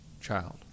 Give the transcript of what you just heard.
child